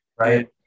Right